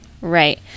Right